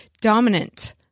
Dominant